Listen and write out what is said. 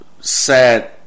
sad